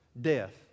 death